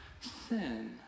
sin